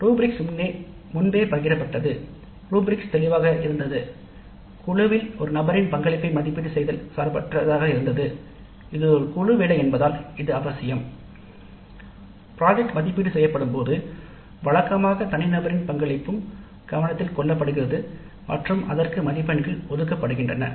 rubrics பகிரப்பட்ட முறை "" rubrics தெளிவாக இருந்தன" "ஒரு நபரின் பங்களிப்பை மதிப்பீடு செய்தல் குழு பக்கச்சார்பற்றதாக இருந்தது " இது ஒரு குழு வேலை என்பதால் அவசியம் திட்டத்தின் மதிப்பீடு செய்யப்படும்போது வழக்கமாக தனிநபரின் பங்களிப்பும் கவனத்தில் கொள்ளப்படுகிறது மற்றும் அதற்கு மதிப்பெண்கள் ஒதுக்கப்படுகின்றன